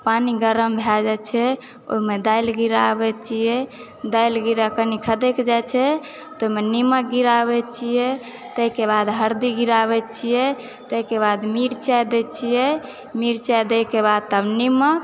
पानी गरम भए जाइत छै ओहिमे दालि गिराबैत छियै दालि गिराके कनी खधकि जाइ छै ताहिमे नीमक गिराबैत छियै ताहिके बाद हरदि गिराबैत छियै ताहिके बाद मिरचाइ दैत छियै मिरचाय दयके बाद तब नीमक